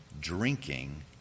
drinking